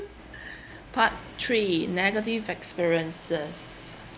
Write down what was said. part three negative experiences